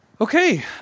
Okay